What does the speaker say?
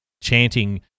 chanting